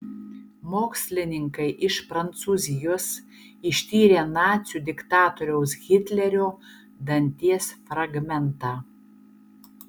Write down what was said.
mokslininkai iš prancūzijos ištyrė nacių diktatoriaus hitlerio danties fragmentą